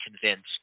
convinced